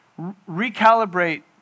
Recalibrate